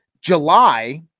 July